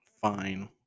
fine